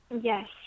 Yes